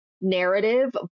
narrative